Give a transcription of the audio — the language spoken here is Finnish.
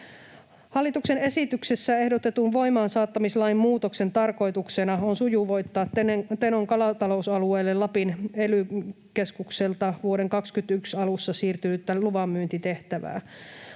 Hallituksen esityksessä ehdotetun voimaansaattamislain muutoksen tarkoituksena on sujuvoittaa Tenon kalatalousalueelle Lapin ely-keskukselta vuoden 21 alussa siirtynyttä luvanmyyntitehtävää.